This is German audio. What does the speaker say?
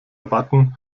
erwarten